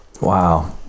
wow